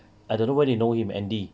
I don't know whether you know him andy